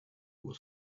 was